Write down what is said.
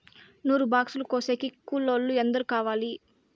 నూరు బాక్సులు కోసేకి కూలోల్లు ఎందరు కావాలి?